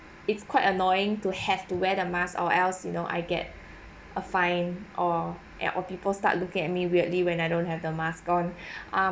it's quite annoying to have to wear the mask or else you know I get a fine or and or people start looking at me weird when I don't have the mask on um